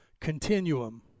continuum